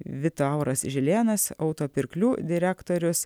vitauras žilėnas auto pirklių direktorius